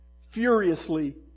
furiously